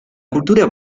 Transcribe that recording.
cultura